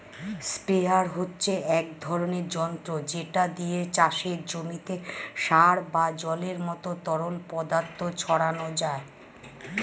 sprayer হচ্ছে এক ধরনের যন্ত্র যেটা দিয়ে চাষের জমিতে সার বা জলের মতো তরল পদার্থ ছড়ানো যায়